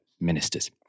ministers